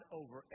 over